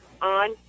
on